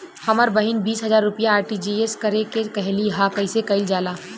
हमर बहिन बीस हजार रुपया आर.टी.जी.एस करे के कहली ह कईसे कईल जाला?